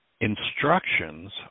instructions